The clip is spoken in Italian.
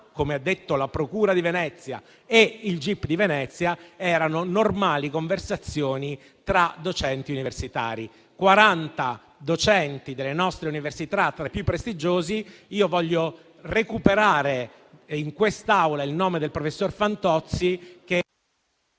come hanno detto la procura di Venezia e il gip di Venezia - erano normali conversazioni tra docenti universitari: quaranta docenti delle nostre università, tra i più prestigiosi. Io voglio recuperare in quest'Aula il nome del professor Fantozzi, che